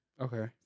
okay